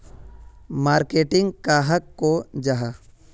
Marketing कहाक को जाहा?